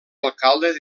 alcalde